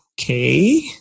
okay